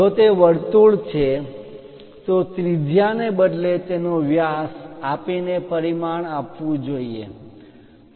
જો તે વર્તુળ છે તો ત્રિજ્યા ને બદલે તેનો વ્યાસ આપીને પરિમાણ આપવું જોઈએ